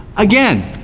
again,